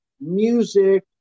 music